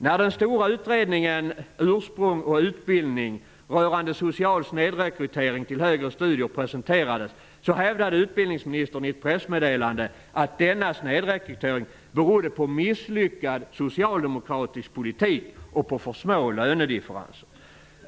När den stora utredningen ''Ursprung och utbildning'' rörande social snedrekrytering till högre studier presenterades, hävdade utbildningsministern i ett pressmeddelande att denna snedrekrytering berodde på misslyckad socialdemokratisk politik och på för små lönedifferenser.